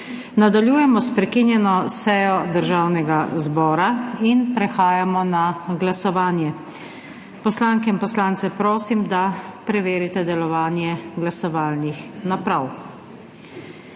Nadaljujemo s prekinjeno sejo Državnega zbora in prehajamo na glasovanje Poslanke in poslance prosim, da preverite delovanje glasovalnih naprav.